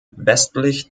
westlich